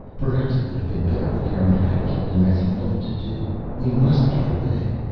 perhaps it would have been better if garin had killed him as he thought to do. we must get away.